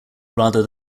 rather